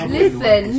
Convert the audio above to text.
Listen